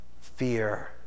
fear